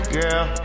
girl